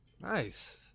Nice